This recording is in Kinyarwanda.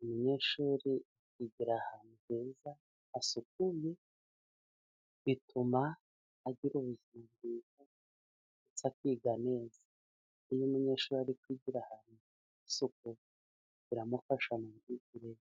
umunyeshuri yigira ahantu heza, hasukuye, bituma agira ubuzima ndetse akiga neza, iyo umunyeshuri ari kwigira ahantu hafite isuku biramufasha mu burere.